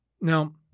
Now